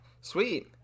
Sweet